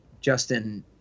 Justin